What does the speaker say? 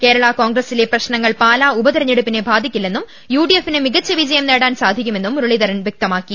കേരള കോൺഗ്രസിലെ പ്രശ്നങ്ങൾ പാലാ ഉപതെരഞ്ഞെടു പ്പിനെ ബാധിക്കില്ലെന്നും യുഡിഎഫിന് മികച്ച വിജയം നേടാൻ സാധിക്കുമെന്നും മുരളീധരൻ വൃക്തമ്പാക്കി